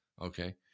okay